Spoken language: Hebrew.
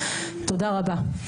תודה רבה.